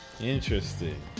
Interesting